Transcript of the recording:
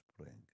spring